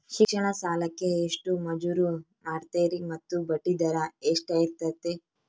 ಶಿಕ್ಷಣ ಸಾಲಕ್ಕೆ ಎಷ್ಟು ಮಂಜೂರು ಮಾಡ್ತೇರಿ ಮತ್ತು ಬಡ್ಡಿದರ ಎಷ್ಟಿರ್ತೈತೆ?